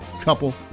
couple